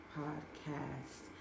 podcast